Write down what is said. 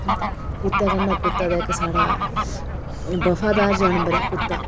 ते कुत्तें कन्नै कुत्ता ते इक साढ़ा बफादार जानवर ऐ कुत्ता